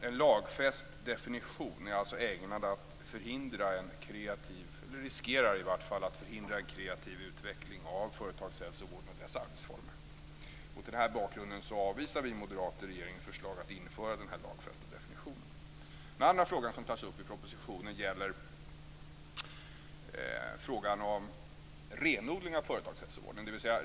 En lagfäst definition är alltså ägnad, eller riskerar i varje fall, att förhindra en kreativ utveckling av företagshälsovården och dess arbetsformer. Mot den bakgrunden avvisar vi moderater regeringens förslag om att införa denna lagfästa definition. För det andra gäller det frågan om en renodling av företagshälsovården.